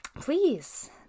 please